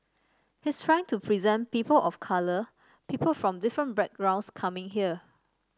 he's trying to present people of colour people from different backgrounds coming here